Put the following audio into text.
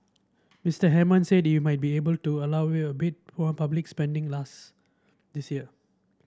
Mister Hammond said he might be able to allow a bit more public spending last this year